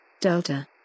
Delta